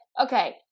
okay